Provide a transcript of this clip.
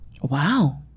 Wow